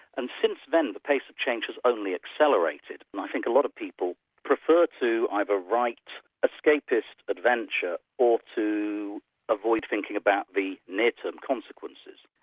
and since then, the pace of change has only accelerated, and i think a lot of people prefer to either write escapist adventure or to avoid thinking about the near term consequences.